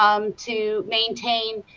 um to maintain,